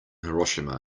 hiroshima